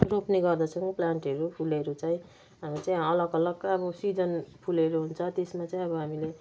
रोप्ने गर्दछौँ प्लान्टहरू फुलहरू चाहिँ हाम्रो चाहिँ अलग अलग अब सिजन फुलहरू हुन्छ त्यसमा चाहिँ अब हामीले